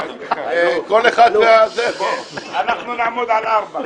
כל אחד וה --- אנחנו נעמוד על ארבע.